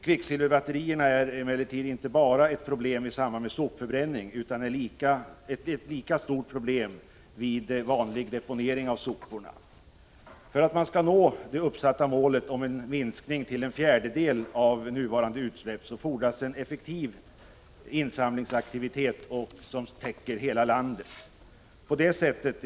Kvicksilverbatterierna är emellertid inte bara ett problem i samband med sopförbränning utan är ett lika stort problem vid vanlig deponering av sopor. För att man skall nå det uppsatta målet om en minskning till en fjärdedel av nuvarande utsläpp fordras en effektiv insamlingsaktivitet som täcker hela landet.